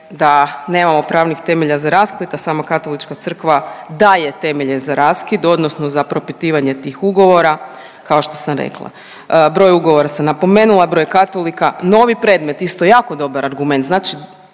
da nemamo pravnih temelja za raskid, a sama Katolička crkva daje temelje za raskid odnosno za propitivanje tih ugovora, kao što sam rekla, broj ugovora sam napomenula, broj katolika. Novi predmet, isto jako dobar argument, znači